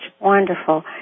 Wonderful